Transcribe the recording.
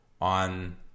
on